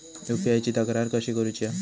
UPI ची तक्रार कशी करुची हा?